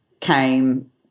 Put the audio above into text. came